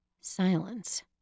Silence